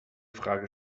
frage